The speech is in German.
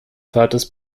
vaters